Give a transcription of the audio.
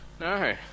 No